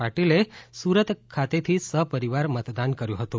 પાટીલે સુરત ખાતેથી સહપરીવાર મતદાન કર્યુ હતું